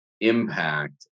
impact